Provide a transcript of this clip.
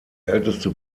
älteste